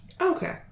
Okay